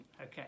okay